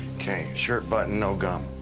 ok, shirt buttoned, no gum.